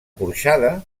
porxada